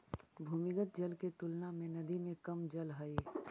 भूमिगत जल के तुलना में नदी में कम जल हई